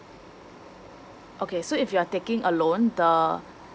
okay so if you are taking a loan the